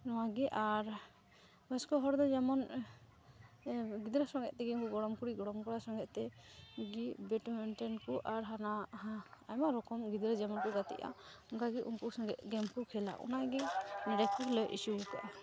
ᱱᱚᱣᱟᱜᱮ ᱟᱨ ᱵᱚᱭᱚᱥᱠᱚ ᱦᱚᱲᱫᱚ ᱡᱮᱢᱚᱱ ᱜᱤᱫᱽᱨᱟᱹ ᱥᱚᱸᱜᱮᱡᱛᱮᱜᱮ ᱜᱚᱲᱚᱢᱠᱩᱲᱤ ᱜᱚᱲᱚᱢᱠᱚᱲᱟ ᱥᱚᱸᱜᱮᱡᱛᱮᱜᱮ ᱵᱮᱰᱢᱤᱱᱴᱚᱱᱠᱚ ᱟᱨ ᱟᱭᱢᱟ ᱨᱚᱠᱚᱢ ᱜᱤᱫᱽᱨᱟᱹ ᱡᱮᱢᱚᱱ ᱠᱚ ᱜᱟᱛᱮᱜᱼᱟ ᱚᱱᱠᱟᱜᱮ ᱩᱱᱠᱚ ᱥᱚᱸᱜᱮᱡ ᱜᱮᱢᱠᱚ ᱠᱷᱮᱞᱟ ᱚᱱᱟᱜᱮ ᱱᱚᱸᱰᱮ ᱠᱚ ᱞᱟᱹᱭ ᱚᱪᱚᱣᱠᱟᱜᱼᱟ